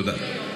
תודה.